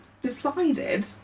decided